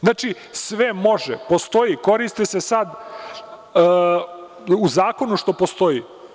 Znači, sve može, postoji, koriste se i sada u zakonu što postoji.